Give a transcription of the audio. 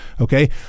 okay